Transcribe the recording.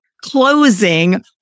Closing